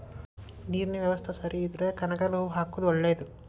ನೇರಿನ ಯವಸ್ತಾ ಸರಿ ಇದ್ರ ಕನಗಲ ಹೂ ಹಾಕುದ ಒಳೇದ